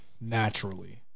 naturally